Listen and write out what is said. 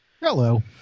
Hello